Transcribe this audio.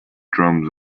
drums